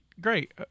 great